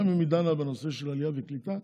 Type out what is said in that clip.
גם אם היא דנה בנושא של עלייה וקליטה,